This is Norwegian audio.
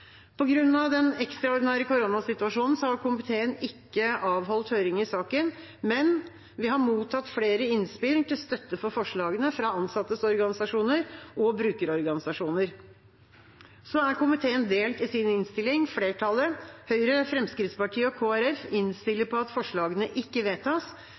den ekstraordinære koronasituasjonen har komiteen ikke avholdt høring i saken, men vi har mottatt flere innspill til støtte for forslagene fra ansattes organisasjoner og brukerorganisasjoner. Komiteen er delt i sin innstilling. Flertallet – Høyre, Fremskrittspartiet og Kristelig Folkeparti – innstiller på at forslagene ikke vedtas,